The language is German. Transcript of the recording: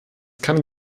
kann